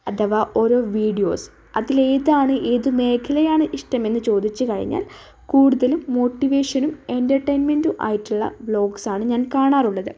അഥവാ ഓരോ വീഡിയോസ് അതിലേതാണ് ഏത് മേഖലയാണ് ഇഷ്ടമെന്ന് ചോദിച്ചു കഴിഞ്ഞാൽ കൂടുതലും മോട്ടിവേഷനും എൻ്റർടെയിൻമെൻ്റും ആയിട്ടുള്ള വ്ളോഗ്സാണ് ഞാൻ കാണാറുള്ളത്